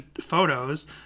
photos